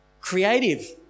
Creative